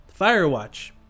Firewatch